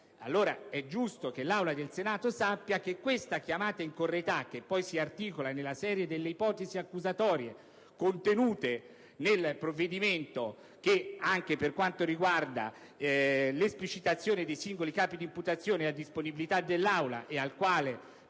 giusto quindi che l'Aula del Senato sappia che questa chiamata in correità - che poi si articola nella serie di ipotesi accusatorie contenute nel provvedimento che, anche per quanto riguarda l'esplicitazione dei singoli capi di imputazione, è a disposizione di tutti